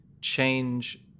change